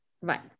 Right